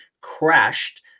crashed